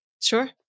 Sure